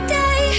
day